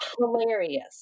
Hilarious